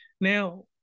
Now